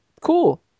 cool